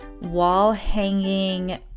wall-hanging